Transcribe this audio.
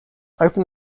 open